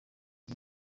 iyi